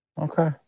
Okay